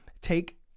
take